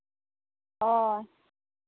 ᱦᱳᱭ